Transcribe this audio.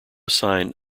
sign